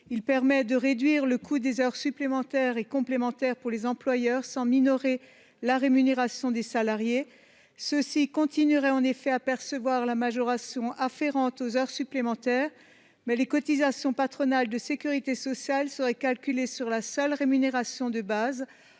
Il vise à réduire le coût des heures supplémentaires et complémentaires pour les employeurs sans minorer la rémunération des salariés, puisque ces derniers continueraient de percevoir la majoration afférente aux heures supplémentaires. En revanche, les cotisations patronales de sécurité sociale seraient calculées sur la seule rémunération de base,